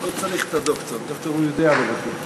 לא צריך את הדוקטור, דוקטור הוא יודע לבטא.